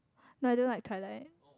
but I don't like Twilight